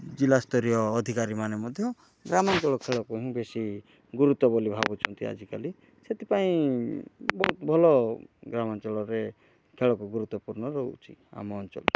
ଜିଲ୍ଲାସ୍ତରୀୟ ଅଧିକାରୀମାନେ ମଧ୍ୟ ଗ୍ରାମାଞ୍ଚଳ ଖେଳକୁ ହିଁ ବେଶି ଗୁରୁତ୍ୱ ବୋଲି ଭାବୁଛନ୍ତି ଆଜିକାଲି ସେଥିପାଇଁ ବହୁତ ଭଲ ଗ୍ରାମାଞ୍ଚଳରେ ଖେଳକୁ ଗୁରୁତ୍ୱପୂର୍ଣ୍ଣ ରହୁଛି ଆମ ଅଞ୍ଚଳ